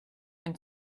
and